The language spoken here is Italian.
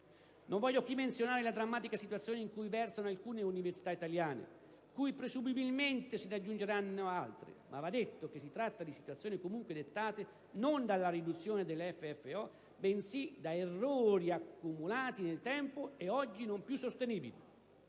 Non voglio qui menzionare la drammatica situazione in cui versano alcune università italiane, cui presumibilmente se ne aggiungeranno altre, ma va detto che si tratta di situazioni comunque dettate non dalla riduzione del FFO bensì da errori accumulati nel tempo e oggi non più sostenibili.